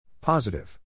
Positive